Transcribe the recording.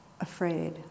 afraid